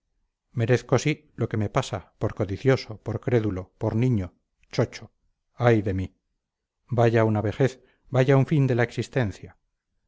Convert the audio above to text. merezco sí lo que me pasa por codicioso por crédulo por niño chocho ay de mí vaya una vejez vaya un fin de la existencia